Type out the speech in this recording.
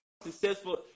Successful